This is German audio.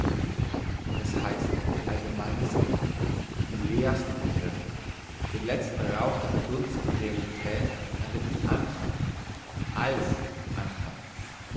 das heisst die allgemeinsten die leersten begriffe den letzten rauch der verdunstenden realität an den anfang als anfang